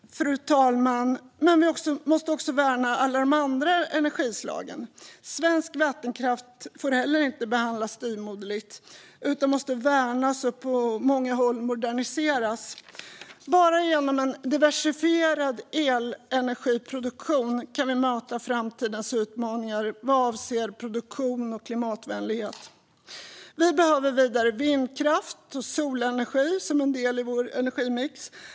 Fru talman! Vi måste också värna alla de andra energislagen. Svensk vattenkraft får inte heller behandlas styvmoderligt utan måste värnas och på många håll moderniseras. Bara genom en diversifierad elenergiproduktion kan vi möta framtidens utmaningar vad avser produktion och klimatvänlighet. Vi behöver vidare vindkraft och solenergi som en del i vår energimix.